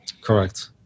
Correct